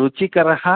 रुचिकरः